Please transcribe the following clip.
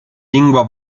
lingua